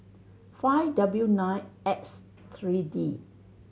five W nine X three D